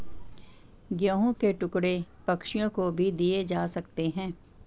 गेहूं के टुकड़े पक्षियों को भी दिए जा सकते हैं